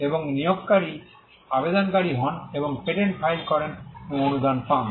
এবং নিয়োগকারী আবেদনকারী হন এবং পেটেন্ট ফাইল করেন এবং অনুদান পান